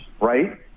right